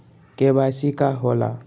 KYC का होला?